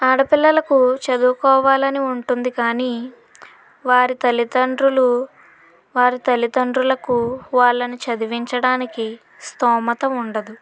ఆడపిల్లలకు చదువుకోవాలి అని ఉంటుంది కానీ వారు తల్లితండ్రులు వారు తల్లితండ్రులకు వాళ్ళను చదివించడానికి స్థోమత ఉండదు